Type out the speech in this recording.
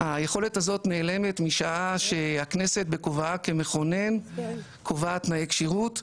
היכולת הזאת נעלמת משעה שהכנסת בכובעה כמכונן קובעת תנאי כשירות,